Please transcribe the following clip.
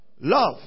Love